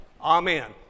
Amen